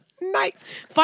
Nice